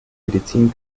medizin